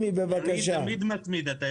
אתה יודע, אני תמיד מתמיד.